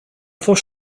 fost